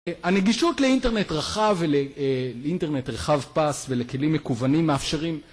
הנגישות לאינטרנט רחב ולאינטרנט רחב פס ולכלים מקוונים מאפשרים.